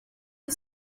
you